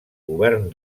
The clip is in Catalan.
govern